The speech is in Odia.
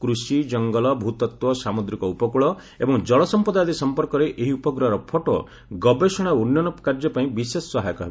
କୃଷି ଜଙ୍ଗଲ ଭୂତତ୍ତ୍ୱ ସାମୁଦ୍ରିକ ଉପକୂଳ ଏବଂ ଜଳସମ୍ପଦ ଆଦି ସମ୍ପର୍କରେ ଏହି ଉପଗ୍ରହର ଫଟୋ ଗବେଷଣା ଓ ଉନ୍ନୟନ କାର୍ଯ୍ୟପାଇଁ ବିଶେଷ ସହାୟକ ହେବ